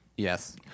Yes